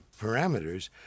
parameters